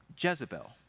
jezebel